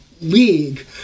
league